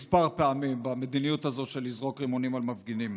כמה פעמים במדיניות הזאת של לזרוק רימונים על מפגינים.